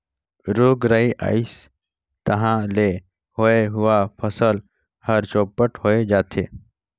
रोग राई अइस तहां ले होए हुवाए फसल हर चैपट होए जाथे